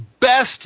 best